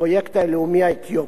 הפרויקט הלאומי האתיופי,